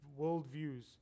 worldviews